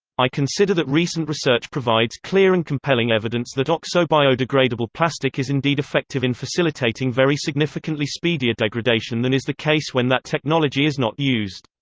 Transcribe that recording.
i consider that recent research provides clear and compelling evidence that oxo-biodegradable plastic is indeed effective in facilitating very significantly speedier degradation than is the case when that technology is not used.